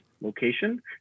location